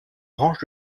branche